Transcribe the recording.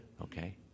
okay